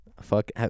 fuck